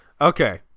Okay